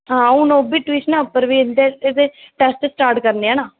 हून एह्दे ट्यूशनां पर इंदे टेस्ट स्टार्ट करने ना